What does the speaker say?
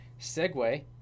segue